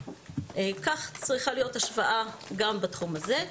כך צריכה להיות השוואה גם בתחום הזה.